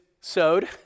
sewed